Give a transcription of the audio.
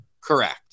Correct